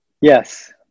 Yes